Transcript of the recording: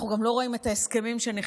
אנחנו גם לא רואים את ההסכמים שנחתמו.